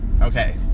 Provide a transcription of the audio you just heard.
Okay